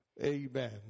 amen